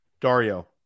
Dario